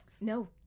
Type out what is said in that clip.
no